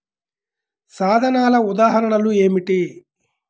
సాధనాల ఉదాహరణలు ఏమిటీ?